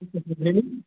ಹೇಳಿ